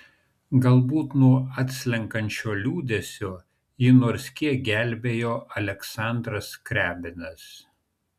galbūt nuo atslenkančio liūdesio jį nors kiek gelbėjo aleksandras skriabinas